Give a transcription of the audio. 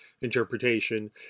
interpretation